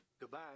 Goodbye